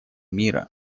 мира